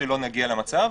שלא נגיע למצב,